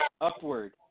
upward